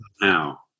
Now